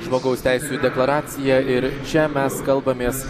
žmogaus teisių deklaracija ir čia mes kalbamės